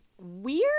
Weird